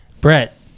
Brett